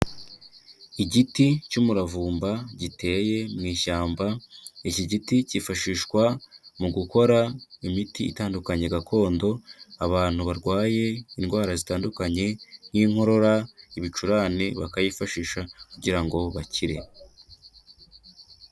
Igiti cy'umuravumba giteye mu ishyamba, iki giti kifashishwa mu gukora imiti itandukanye gakondo, abantu barwaye indwara zitandukanye nk'inkorora, ibicurane bakayifashisha kugira ngo bakire.